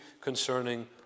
concerning